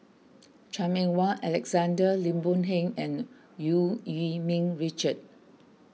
Chan Meng Wah Alexander Lim Boon Heng and Eu Yee Ming Richard